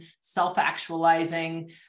self-actualizing